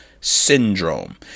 syndrome